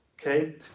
Okay